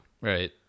Right